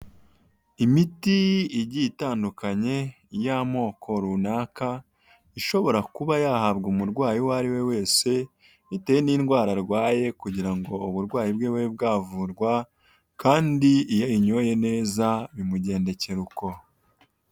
Imiti igiye itandukanye y'amoko runaka ishobora kuba yahabwa umurwayi uwo ariwe wese bitewe n'indwara arwaye kugira ngo uburwayi bwe bube bwavurwa, kandi iyo ayinyoye neza bimugendekera uko.